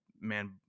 man